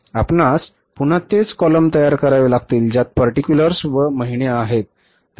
आपणास पु पुन्हा तेच कॉलम तयार करावे लागतील ज्यात पर्टिक्युलर व महिने आहेत